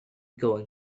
going